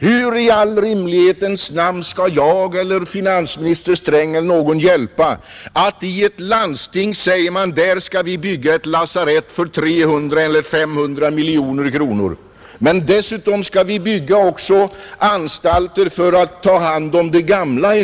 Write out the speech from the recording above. Hur i all rimlighets namn kan jag eller finansminister Sträng eller någon hjälpa att man i ett landsting säger att man där skall bygga ett lasarett för 300 eller 500 miljoner kronor? Men dessutom säger man: ”Vi skall bygga anstalter för att ta hand om de gamla.